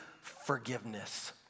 forgiveness